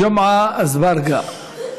ג'מעה אזברגה,